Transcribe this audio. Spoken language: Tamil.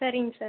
சரிங்க சார்